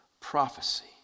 prophecy